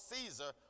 Caesar